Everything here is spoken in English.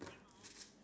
Malay